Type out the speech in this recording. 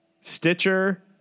Stitcher